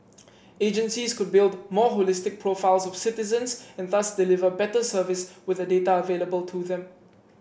agencies could build more holistic profiles of citizens and thus deliver better service with the data available to them